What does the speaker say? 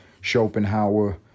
Schopenhauer